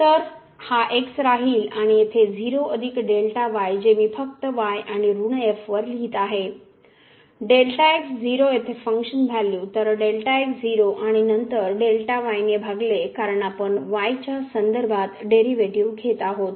तर हा x राहील आणि येथे जे मी फक्त y आणि ऋण f वर लिहित आहे येथे फंक्शन व्हॅल्यू तर आणि नंतर ने भागले कारण आपण y च्या संदर्भात डेरिव्हेटिव्ह घेत आहोत